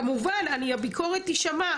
כמובן הביקורת תישמע,